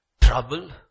trouble